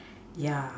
ya